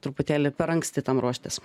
truputėlį per anksti tam ruoštis